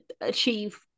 achieve